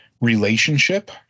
relationship